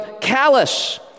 callous